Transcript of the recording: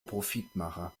profitmache